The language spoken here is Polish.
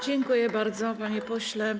Dziękuję bardzo, panie pośle.